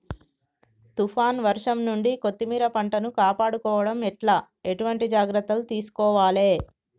తుఫాన్ వర్షం నుండి కొత్తిమీర పంటను కాపాడుకోవడం ఎట్ల ఎటువంటి జాగ్రత్తలు తీసుకోవాలే?